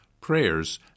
prayers